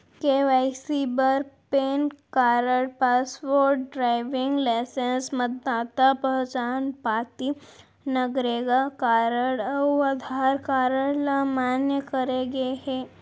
KYC बर PAN card, passport, driving licence, मतदाता पहचान पाती, नरेगा कारड अउ आधार कारड ल मान्य करे गे हे